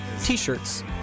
t-shirts